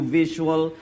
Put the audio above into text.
visual